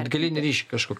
atgalinį ryšį kažkok